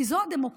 כי זו הדמוקרטיה,